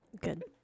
Good